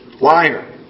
Liar